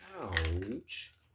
ouch